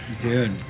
Dude